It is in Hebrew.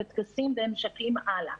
וטקסים והמשכים הלאה.